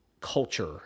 culture